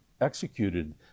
executed